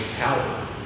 power